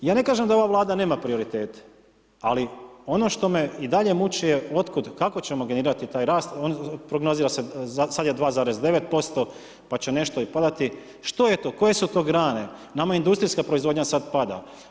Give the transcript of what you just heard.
Ja ne kažem da ova Vlada nema prioritete, ali ono što me i dalje muči je odkud, kako ćemo generirati taj rast, prognozira se, sad je 2,9% pa će nešto i padati, što je to, koje su to grane, nama industrijska proizvodnja sad pada.